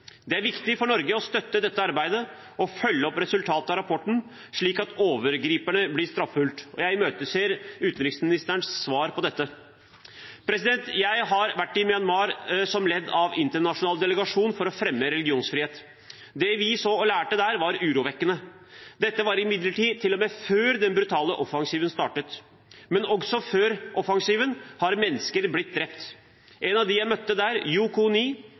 Det er viktig for Norge å støtte dette arbeidet og følge opp resultatet av rapporten, slik at overgriperne blir straffeforfulgt. Jeg imøteser utenriksministerens svar på dette. Jeg har vært i Myanmar som del av en internasjonal delegasjon for å fremme religionsfrihet. Det vi så og lærte der, var urovekkende. Dette var imidlertid før den brutale offensiven startet. Men også før offensiven ble mennesker drept. En av dem jeg møtte der, U Ko Ni,